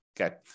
Okay